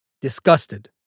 disgusted